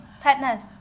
partners